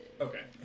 okay